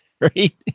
Right